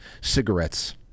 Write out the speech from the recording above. cigarettes